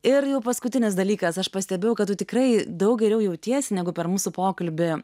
ir jau paskutinis dalykas aš pastebėjau kad tu tikrai daug geriau jautiesi negu per mūsų pokalbį